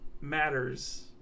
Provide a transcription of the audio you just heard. matters